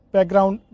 Background